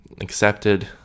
accepted